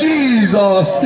Jesus